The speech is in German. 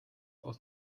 aus